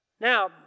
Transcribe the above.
Now